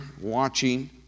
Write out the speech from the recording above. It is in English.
watching